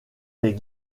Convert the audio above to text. des